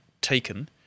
taken